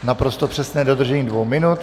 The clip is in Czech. Naprosto přesné dodržení dvou minut.